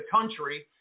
country